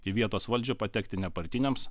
į vietos valdžią patekti nepartiniams